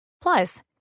Plus